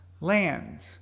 lands